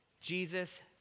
Jesus